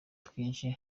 twinshi